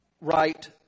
right